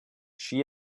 she